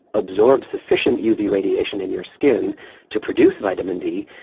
absorb sufficient uv radiation in your skin to produce vitamin d,